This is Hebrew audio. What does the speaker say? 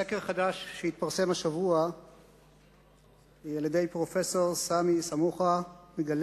סקר חדש שהתפרסם השבוע על-ידי פרופסור סמי סמוחה מגלה